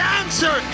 answer